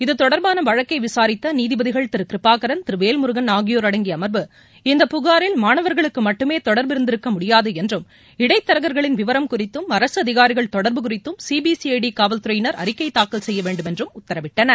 இத்தொடர்பாள வழக்கை விசாரித்த நீதிபதிகள் திரு கிருபாகரன் திரு வேல்முருகன் ஆகியோர் அடங்கிய அமர்வு இந்த புகாரில் மாணவர்களுக்கு மட்டுமே தொடர்பு இருந்திருக்க முடியாது என்றும் இடைத்தரகர்களின் விவரம் குறித்தும் அரசு அதினாரிகள் தொடர்பு குறித்தும் சிபிசிஐடி ஊவல்துறையினர் அறிக்கை தாக்கல் செய்ய வேண்டும் என்றும் உத்தரவிட்டனர்